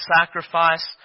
sacrifice